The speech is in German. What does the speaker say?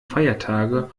feiertage